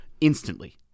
instantly